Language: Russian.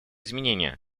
изменения